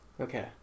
Okay